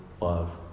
love